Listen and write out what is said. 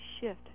shift